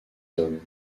hommes